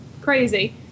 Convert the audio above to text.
crazy